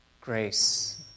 grace